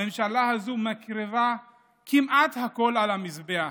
הממשלה הזאת מקריבה כמעט הכול על המזבח.